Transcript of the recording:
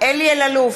אלי אלאלוף,